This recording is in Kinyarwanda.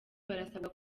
barasabwa